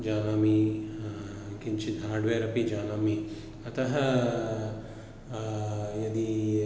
जानामि किञ्चित् हार्ड्वेर् अपि जानामि अतः यदि